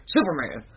Superman